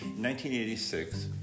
1986